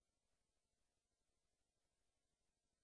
אנחנו